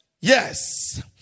yes